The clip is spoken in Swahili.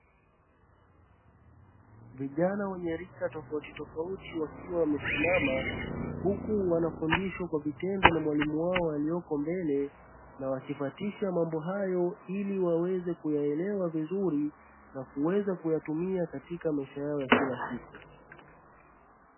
Vijana wenye rika tofautitofauti wakiwa wamesimama. Huku wanafundishwa kwa vitendo na mwalimu wao, aliopo mbele na wakifuatisha mambo hayo, ili waweze kuyaelewa vizuri na kuweza kuyatumia katika maisha yao ya kila siku.